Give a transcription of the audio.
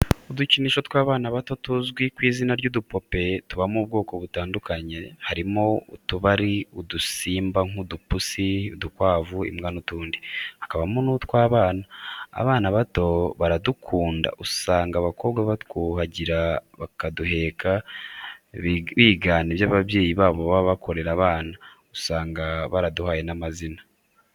Udukinisho tw'abana bato tuzwi ku izina ry'udupupe, tubamo ubwoko butandukanye harimo utuba ari udusimba nk'udupusi, udukwavu, imbwa n'utundi, hakabamo n'utw'abana. Abana bato baradukunda usanga abakobwa batwuhagira bakaduheka, bigana ibyo ababyeyi babo baba bakorera abana, usanga baraduhaye n'amazina.